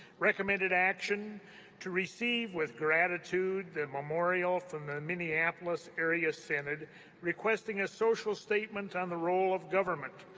recommended action to receive with gratitude the memorial from the minneapolis area synod requesting a social statement on the role of government,